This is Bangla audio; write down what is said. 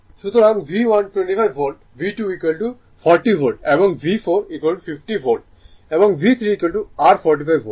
সুতরাং V1 25 ভোল্ট V2 40 ভোল্ট এবং V4 50 ভোল্ট এবং V3 r 45 ভোল্ট